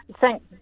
thank